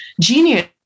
genius